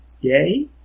Yay